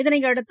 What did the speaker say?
இதனையடுத்து